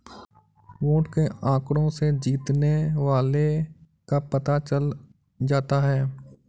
vote के आंकड़ों से जीतने वाले का पता चल जाता है